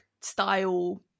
style